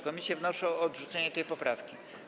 Komisje wnoszą o odrzucenie tej poprawki.